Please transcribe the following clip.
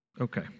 Okay